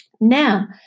Now